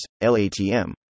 LATM